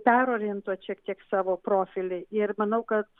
perorientuot šiek tiek savo profilį ir manau kad